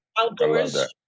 outdoors